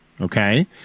Okay